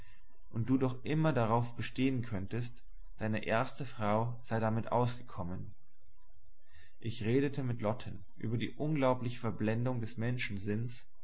und du doch immer darauf bestehen könntest deine erste frau sei damit ausgekommen ich redete mit lotten über die unglaubliche verblendung des